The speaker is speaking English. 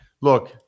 Look